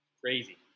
Crazy